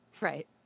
Right